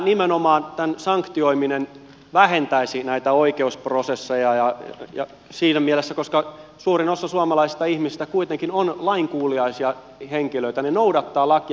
nimenomaan tämän sanktioiminen vähentäisi näitä oikeusprosesseja siinä mielessä että suurin osa suomalaisista ihmisistä kuitenkin on lainkuuliaisia henkilöitä he noudattavat lakia